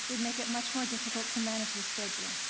would make it much more difficult to manage this schedule.